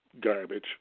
garbage